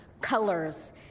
colors